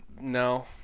No